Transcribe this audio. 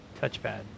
touchpad